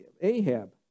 Ahab